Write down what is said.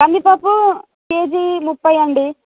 కందిపప్పు కేజీ ముప్పై అండి